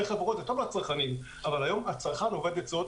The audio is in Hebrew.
חברות זה טוב לצרכנים אבל היום הצרכן אובד עצות.